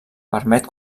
permet